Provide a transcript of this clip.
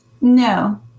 No